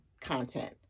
content